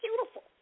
beautiful